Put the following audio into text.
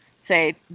say